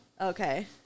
Okay